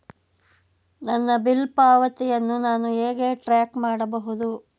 ನನ್ನ ಬಿಲ್ ಪಾವತಿಯನ್ನು ನಾನು ಹೇಗೆ ಟ್ರ್ಯಾಕ್ ಮಾಡಬಹುದು?